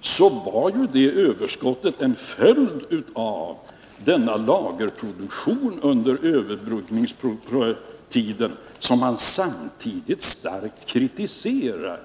så var ju det överskottet en följd av denna lagerproduktion under överbryggningstiden, som han samtidigt starkt kritiserade.